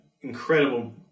Incredible